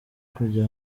kujya